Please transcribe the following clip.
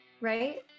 right